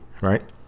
right